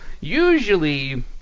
usually